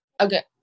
Okay